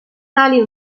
tali